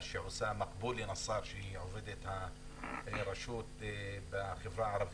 שעושה מקבולה נסאר שהיא עובדת הרשות בחברה הערבית.